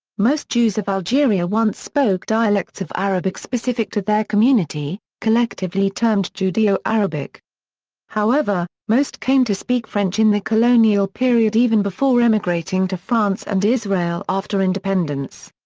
most jews of algeria once spoke dialects of arabic specific to their community, collectively termed judeo-arabic however, most came to speak french in the colonial period even before emigrating to france and israel after independence.